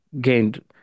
gained